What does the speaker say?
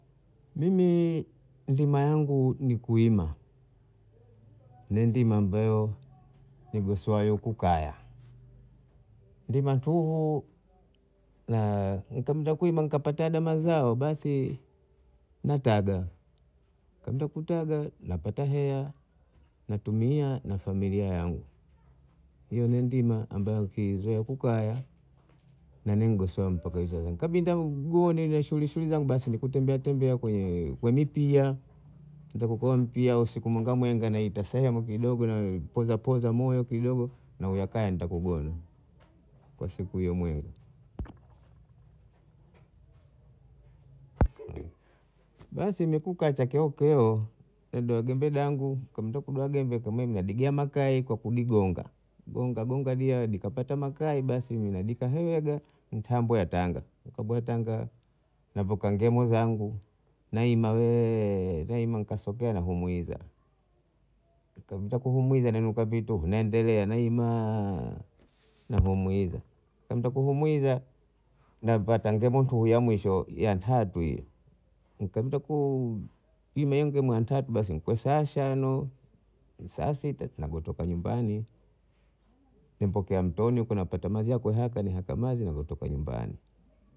Mimi ndima yangu ni kuima na ndima ambayo nigoswayo kukaya, ndima tuhu na nikapakuima nikapata na mazao basi nataga nankapata kutaga nikapata heya natumia na familia yangu niona ndima ambayo kizoea kukaya nane n'goswaga ngu mpaka nikabinda gone na shughuli shughuli zangu basi nikutembea tembea kwenye kwenye piya nikikoa kwenye piya siku mwenga mwenga nita sehemu kidogo napoza poza moyo kidogo nakuya kaya ntakugona kwa siku hiyo mwenga. Basi me kukacha keo keo do gembe dangu kando kudua gembe kame kudua makae kakudigonga gonga gonga dia nikapate makae basi nikadea heaga ntambwea tahanga kabwea tanga napokangia ngamwe zangu naima wee naima kasozea namuiza ntakumuhiza na nuka vitu na endelea naima nahumuiza nantakumuiza Napata ngemotu ya mwisho ya tatu hiyo nikapita ku- ime ngemo ya tatu nikushashano saa sita nakutoka nyumbani nipokea mtoni huko nipata mazia haka na haka mazia nikutoka nymbani